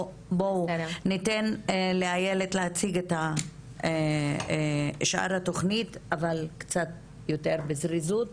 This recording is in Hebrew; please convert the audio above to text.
בואו ניתן לאיילת להציג את שאר התוכנית אבל קצת יותר בזריזות